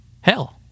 hell